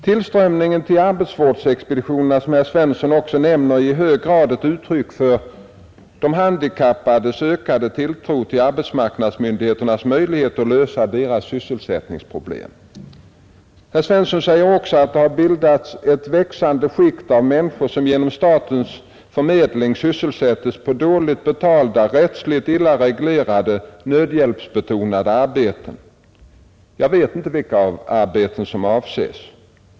Tillströmningen till arbetsvårdsexpeditionerna, som herr Svensson också nämner, är i hög grad ett uttryck för de handikappades ökade tilltro till arbetsmarknadsmyndigheternas möjligheter att lösa deras sysselsättningsproblem. Herr Svensson säger också att det har bildats ett växande skikt av människor som genom statens förmedling sysselsätts på dåligt betalda, rättsligt illa reglerade, nödhjälpsbetonade arbeten. Jag vet inte vilka arbeten som avses.